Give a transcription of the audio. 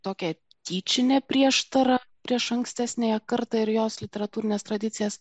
tokia tyčinė prieštara prieš ankstesniąją kartą ir jos literatūrines tradicijas